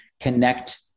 connect